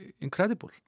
incredible